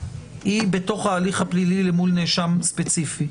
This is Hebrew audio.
היא בתוך ההליך הפלילי אל מול נאשם ספציפי.